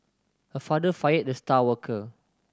my father fired the star worker